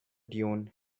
dune